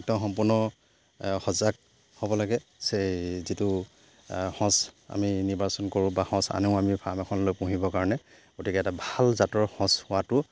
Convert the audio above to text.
একদম সম্পূৰ্ণ সজাগ হ'ব লাগে যে যিটো সঁচ আমি নিৰ্বাচন কৰোঁ বা সঁচ আনো আমি ফাৰ্ম এখনলৈ পুহিবৰ কাৰণে গতিকে এটা ভাল জাতৰ সঁচ হোৱাটো